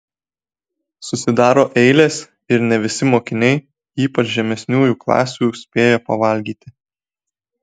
susidaro eilės ir ne visi mokiniai ypač žemesniųjų klasių spėja pavalgyti